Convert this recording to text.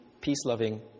peace-loving